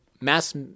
mass